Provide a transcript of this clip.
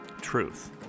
truth